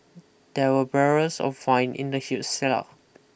there were barrels of wine in the huge cellar